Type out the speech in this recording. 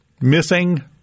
missing